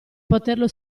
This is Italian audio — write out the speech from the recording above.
poterlo